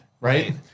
right